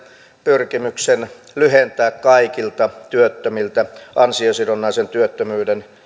pyrkimyksen lyhentää kaikilta työttömiltä ansiosidonnaisen